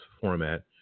format